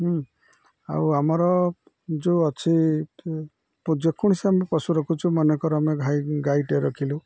ଆଉ ଆମର ଯେଉଁ ଅଛି ଯେକୌଣସି ଆମେ ପଶୁ ରଖୁଛୁ ମନେକର ଆମେଈ ଗାଈଟେ ରଖିଲୁ